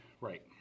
right